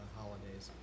holidays